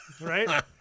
Right